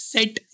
set